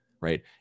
right